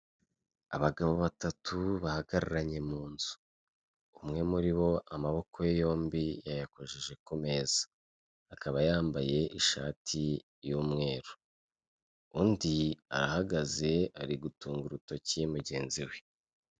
Abagabo batatu bahagararanye mu nzu. Umwe muri bo amaboko ye yombi yayakojeje ku meza, akaba yambaye ishati y'umweru. Undi arahagaze, ari gutunga urutoki mugenzi we.